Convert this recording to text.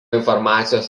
informacijos